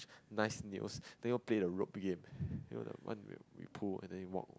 nice nails then go play the rope game you know the one we pull then we walk